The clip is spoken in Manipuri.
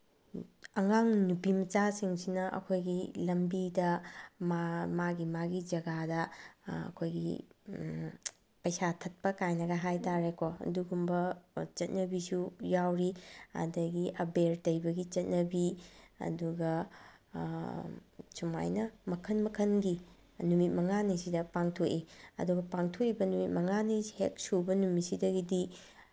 ꯑꯉꯥꯡ ꯅꯨꯄꯤꯃꯆꯥꯁꯤꯡꯁꯤꯅ ꯑꯩꯈꯣꯏꯒꯤ ꯂꯝꯕꯤꯗ ꯃꯥꯒꯤ ꯃꯥꯒꯤ ꯖꯒꯥꯗ ꯑꯩꯈꯣꯏꯒꯤ ꯄꯩꯁꯥ ꯊꯠꯄ ꯀꯥꯏꯅꯒ ꯍꯥꯏ ꯇꯥꯔꯦꯀꯣ ꯑꯗꯨꯒꯨꯝꯕ ꯆꯠꯅꯕꯤꯁꯨ ꯌꯥꯎꯔꯤ ꯑꯗꯒꯤ ꯑꯕꯦꯔ ꯇꯩꯕꯒꯤ ꯆꯠꯅꯕꯤ ꯑꯗꯨꯒ ꯁꯨꯃꯥꯏꯅ ꯃꯈꯟ ꯃꯈꯟꯒꯤ ꯅꯨꯃꯤꯠ ꯃꯉꯥꯁꯤꯗꯩꯗ ꯄꯥꯡꯊꯣꯛꯏ ꯑꯗꯨꯒ ꯄꯥꯡꯊꯣꯛꯏꯕ ꯅꯨꯃꯤꯠ ꯃꯉꯥꯅꯤꯁꯤ ꯍꯦꯛ ꯁꯨꯕ ꯅꯨꯃꯤꯠꯁꯤꯗꯒꯤꯗꯤ